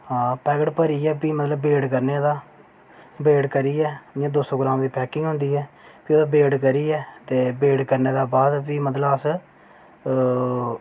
आं पैकेट भरियै वेट करने एह्दा वेट करियै इं'या दो सौ ग्राम दी पैकिंग होंदी ऐ ते भी ओह्दा वेट करियै वेट करने दे बाद प्हूी अस